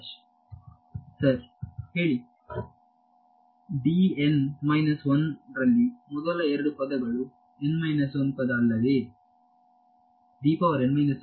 ವಿದ್ಯಾರ್ಥಿ D n minus 1 ರಲ್ಲಿ ಮೊದಲ ಎರಡು ಪದಗಳು n ಮೈನಸ್ 1 ಪದ ಅಲ್ಲವೆ